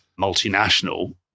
multinational